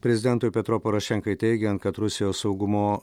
prezidentui petro porošenkai teigiant kad rusijos saugumo